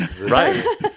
Right